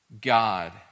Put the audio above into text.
God